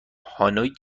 هانوی